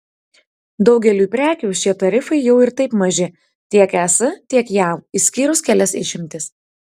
daugeliui prekių šie tarifai jau ir taip maži tiek es tiek jav išskyrus kelias išimtis